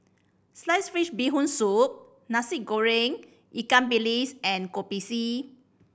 slice fish Bee Hoon Soup Nasi Goreng ikan bilis and Kopi C